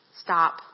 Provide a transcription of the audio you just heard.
stop